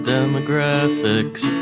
Demographics